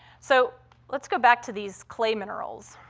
so let's go back to these clay minerals.